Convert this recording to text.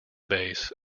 base